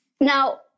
now